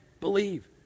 believe